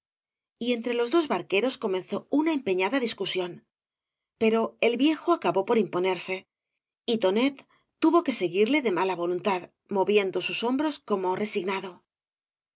y entre los dos barque ros comenzó una empeñada discusión pero el viejo acabó por imponerse y tonet tuvo que seguirle de mala voluntad moviendo sus hombroa como resignado los